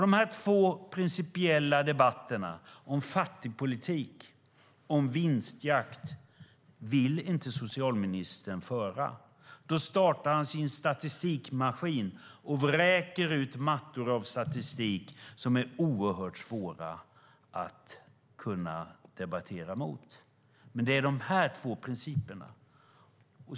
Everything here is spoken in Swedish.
Dessa två principiella debatter om fattigpolitik och om vinstjakt vill inte socialministern föra. Då startar han sin statistikmaskin och vräker ut massor av statistik som det är oerhört svårt att debattera mot. Men det handlar om de här två principerna.